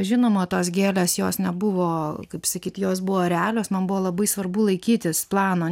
žinoma tos gėlės jos nebuvo kaip sakyt jos buvo realios man buvo labai svarbu laikytis plano